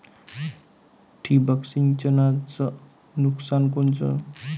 ठिबक सिंचनचं नुकसान कोनचं?